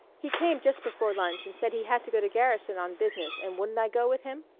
he came just before lunch and said he had to go to garrison on business and wouldn't i go with him.